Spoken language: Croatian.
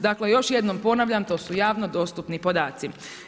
Dakle, još jednom ponavljam to su javno dostupni podaci.